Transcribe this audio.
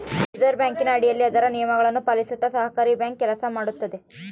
reserve ಬ್ಯಾಂಕಿನ ಅಡಿಯಲ್ಲಿ ಅದರ ನಿಯಮಗಳನ್ನು ಪಾಲಿಸುತ್ತ ಸಹಕಾರಿ ಬ್ಯಾಂಕ್ ಕೆಲಸ ಮಾಡುತ್ತದೆ